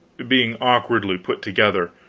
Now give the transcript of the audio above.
being awkwardly put together,